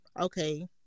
okay